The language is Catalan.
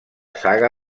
saga